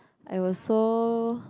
I was so